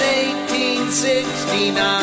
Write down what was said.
1869